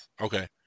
Okay